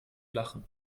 lachen